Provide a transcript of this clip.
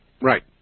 Right